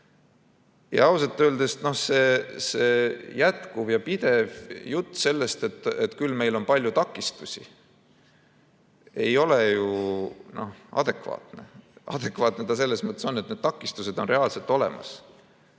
Ausalt öeldes see pidev jutt sellest, et küll meil on palju takistusi, ei ole ju adekvaatne. Adekvaatne on see vaid selles mõttes, et need takistused on reaalselt olemas.